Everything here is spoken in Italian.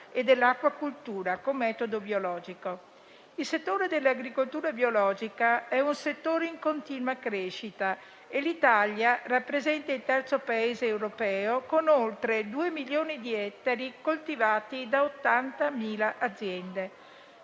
Il settore dell'agricoltura biologica è in continua crescita e l'Italia rappresenta il terzo Paese europeo con oltre 2 milioni di ettari coltivati da 80.000 aziende.